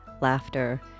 laughter